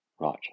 Right